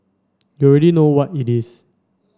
you already know what it is